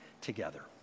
together